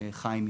חיים,